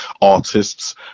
artists